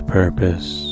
purpose